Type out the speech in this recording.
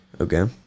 Okay